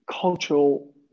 cultural